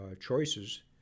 choices